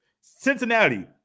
Cincinnati